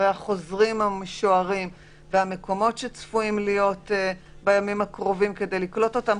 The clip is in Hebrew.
החוזרים המשוערים ומספר המקומות כדי לקלוט אותם.